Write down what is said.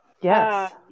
Yes